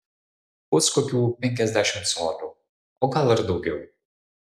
bus kokių penkiasdešimt colių o gal ir daugiau